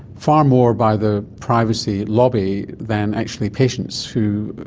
far more by the privacy lobby than actually patients who,